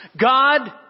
God